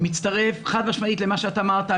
מצטרף חד-משמעית למה שאתה אמרת,